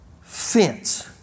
fence